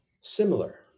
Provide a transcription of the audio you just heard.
similar